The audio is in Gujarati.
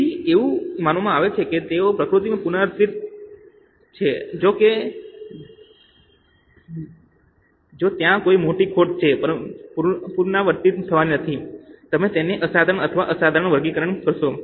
તેથી એવું માનવામાં આવે છે કે તેઓ પ્રકૃતિમાં પુનરાવર્તિત થવાના છે જો કે જો ત્યાં કોઈ મોટી ખોટ છે જે પુનરાવર્તિત થવાનું નથી તમે તેને અસાધારણ અથવા અસાધારણ તરીકે વર્ગીકૃત કરશો